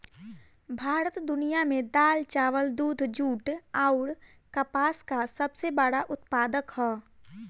भारत दुनिया में दाल चावल दूध जूट आउर कपास का सबसे बड़ा उत्पादक ह